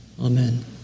Amen